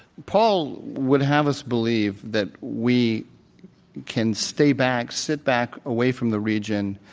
paul would have us believe that we can stay back, sit back, away from the region,